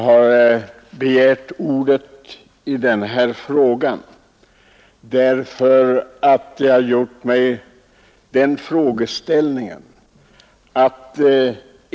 Herr talman!